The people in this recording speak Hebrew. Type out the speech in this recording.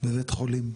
בבית חולים,